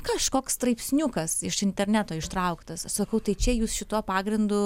kažkoks straipsniukas iš interneto ištrauktas sakau tai čia jūs šituo pagrindu